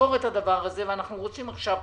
נזכור את הדבר הזה, ואנחנו רוצים עכשיו פתרון,